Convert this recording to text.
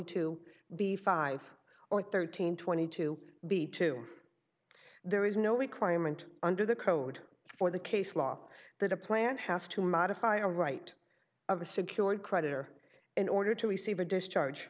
two b five or thirteen twenty two b two there is no requirement under the code for the case law that a plant has to modify a right of a secured credit or in order to receive a discharge